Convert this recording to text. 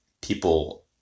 people